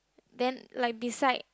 then like beside